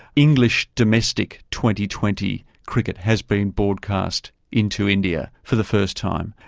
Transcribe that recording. english domestic twenty twenty cricket has been broadcast into india for the first time,